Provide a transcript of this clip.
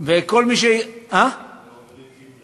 ועובדי תמנע.